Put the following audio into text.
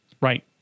right